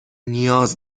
نیاز